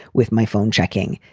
with my phone checking,